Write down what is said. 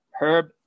herb